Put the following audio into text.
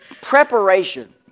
preparation